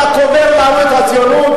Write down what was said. אתה קובר לנו את הציונות,